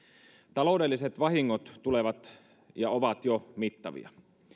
taloudelliset vahingot tulevat olemaan ja ovat jo mittavia